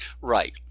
Right